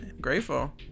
grateful